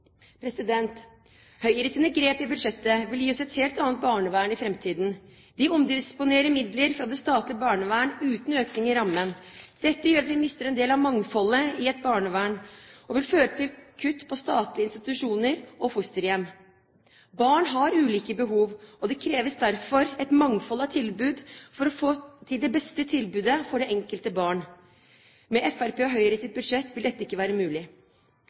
grep i budsjettet vil gi oss et helt annet barnevern i framtiden. De omdisponerer midler fra det statlige barnevern – uten økning i rammen. Dette gjør at vi mister en del av mangfoldet i barnevernet og vil føre til kutt på statlige institusjoner og fosterhjem. Barn har ulike behov, og det kreves derfor et mangfold av tilbud for å få til det beste tilbudet for det enkelte barn. Med Fremskrittspartiets og Høyres budsjett vil ikke dette være mulig.